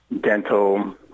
dental